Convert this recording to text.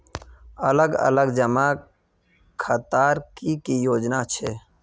अलग अलग जमा खातार की की योजना छे?